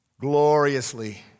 gloriously